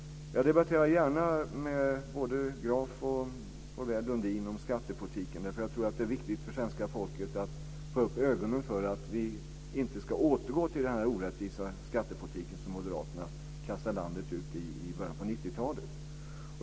Jag debatterar gärna med både Graf och de Pourbaix-Lundin om skattepolitiken, för jag tror att det är viktigt för svenska folket att få upp ögonen för att vi inte ska återgå till den orättvisa skattepolitik som moderaterna kastade landet ut i i början på 90-talet.